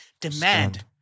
demand